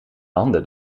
handen